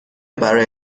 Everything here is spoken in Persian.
برای